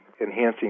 enhancing